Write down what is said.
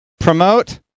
promote